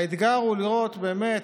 האתגר הוא לראות באמת,